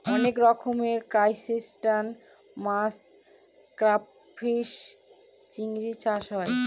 অনেক রকমের ত্রুসটাসিয়ান মাছ ক্রাইফিষ, চিংড়ি চাষ হয়